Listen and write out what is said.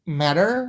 matter